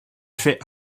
fait